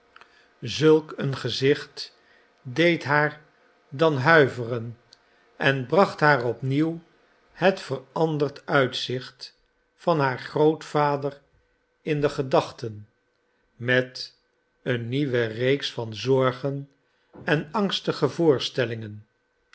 zulk een gezicht deed haar dan huiveren en bracht haar opnieuw het veranderd uitzicht van haar grootvader in de gedachten met eene nieuwe reeks van zorgen en angstige voorstellingen